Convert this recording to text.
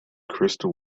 crystal